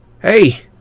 Hey